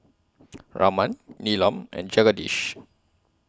Raman Neelam and Jagadish